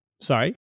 sorry